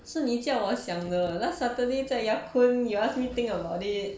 是你叫我想的 last saturday 在 ya kun you ask me think about it